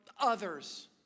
others